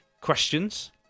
questions